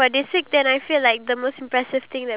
of course I'm gonna be a youtuber